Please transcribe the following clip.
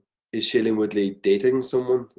is shailene woodley dating someone?